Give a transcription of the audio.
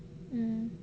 mm